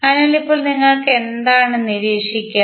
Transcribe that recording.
അതിനാൽ ഇപ്പോൾ നിങ്ങൾ എന്താണ് നിരീക്ഷിക്കുക